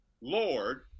lord